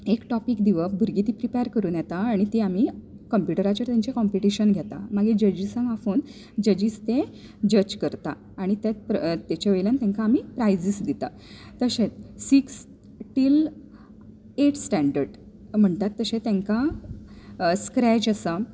एक टॉपीक दिवप भुरगीं ती प्रिपेर करून येतात आनी ती आमी कंप्युटराचेर तांचे कॉम्पिटीशन घेतात मागीर जजीजसांक आपोवन जजीस ते जज करता आनी ताचे वयल्यान तांकां आमी प्रायजीस दितात तशेंच सिक्स्थ टील एड्थ स्टॅण्डर्ड म्हणटात तशें तांकां स्क्रॅच आसा